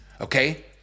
okay